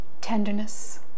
tenderness